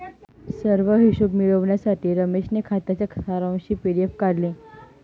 सर्व हिशोब मिळविण्यासाठी रमेशने खात्याच्या सारांशची पी.डी.एफ काढली